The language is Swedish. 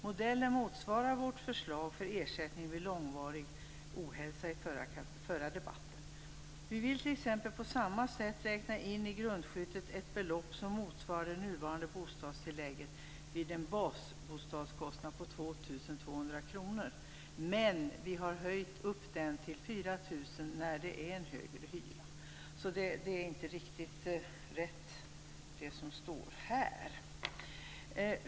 Modellen motsvarar vårt förslag till ersättning vid långvarig ohälsa, som behandlades i den förra debatten. Vi vill t.ex. på samma sätt räkna in i grundskyddet ett belopp som motsvarar det nuvarande bostadstillägget vid en basbostadskostnad på 2 200 kr. Men vi har höjt den till 4 000 kr när det är högre hyra. Det som står här är alltså inte riktigt.